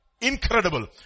Incredible